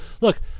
Look